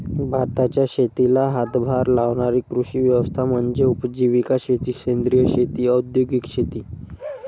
भारताच्या शेतीला हातभार लावणारी कृषी व्यवस्था म्हणजे उपजीविका शेती सेंद्रिय शेती औद्योगिक शेती